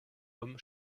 home